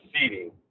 seating